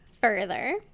further